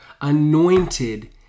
anointed